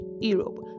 europe